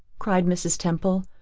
cried mrs. temple.